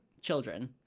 Children